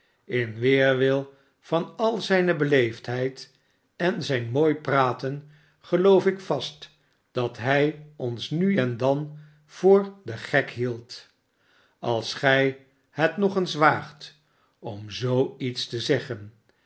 in weerwil van al zijne beleefdheid en zijn mooi praten geloof ik vast dat hij ons nu en dan voor den gek hield als gij het nog eens waagt om zoo iets te zeggen